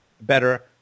better